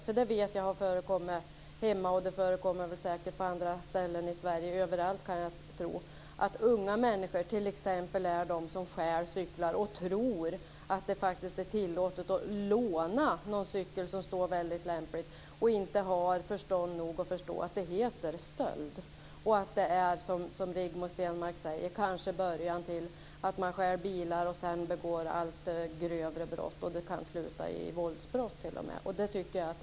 Jag vet att det har förekommit hemma, och det förekommer säkert överallt i Sverige, att unga människor t.ex. stjäl cyklar och tror att det är tillåtet att "låna" en cykel som står lämpligt. De har inte förstånd nog att inse att det är stöld. Som Rigmor Stenmark säger är det kanske början till att stjäla bilar och att begå allt grövre brott, och det kan t.o.m. sluta med våldsbrott.